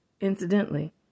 incidentally